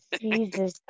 Jesus